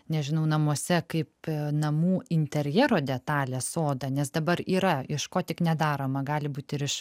nežinau namuose kaip namų interjero detalę sodą nes dabar yra iš ko tik nedaroma gali būti ir iš